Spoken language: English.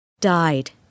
died